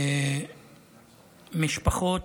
משפחות